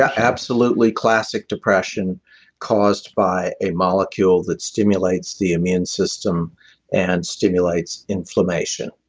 ah absolutely classic depression caused by a molecule that stimulates the immune system and stimulates inflammation.